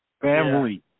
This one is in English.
Family